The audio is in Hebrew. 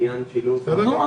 בעניין השילוב --- בסדר גמור,